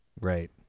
Right